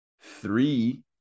three